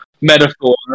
metaphor